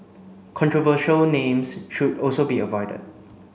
controversial names should also be avoided